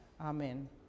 Amen